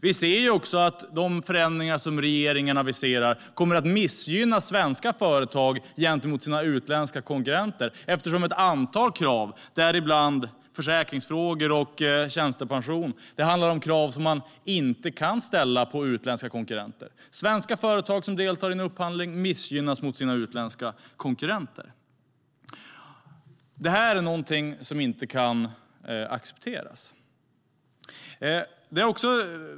Vi ser att de förändringar som regeringen aviserar kommer att missgynna svenska företag gentemot utländska konkurrenter. Ett antal krav, däribland de som rör försäkringsfrågor och tjänstepension, är sådana krav som man inte kan ställa på utländska konkurrenter. Svenska företag som deltar i en upphandling missgynnas gentemot sina utländska konkurrenter. Detta är någonting som inte kan accepteras.